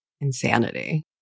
insanity